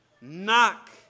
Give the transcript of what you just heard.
Knock